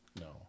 No